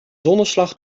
zonneslag